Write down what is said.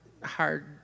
hard